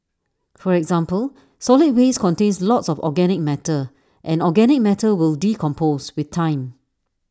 for example solid waste contains lots of organic matter and organic matter will decompose with time